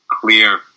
clear